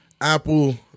Apple